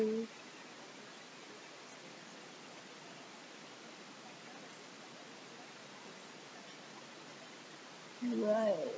right